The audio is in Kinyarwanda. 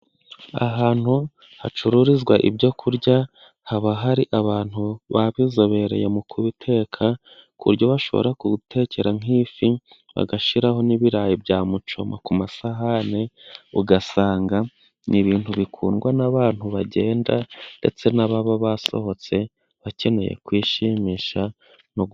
Ahantu hacururizwa ibyo kurya, haba hari abantu babizobereye mu kubiteka, ku buryo bashobora kugutekera nk'ifi, bagashiraho n'ibirayi bya mucoma ku masahane, ugasanga ni ibintu bikundwa n'abantu bagenda, ndetse n'ababa basohotse, bakeneye kwishimisha.